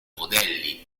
modelli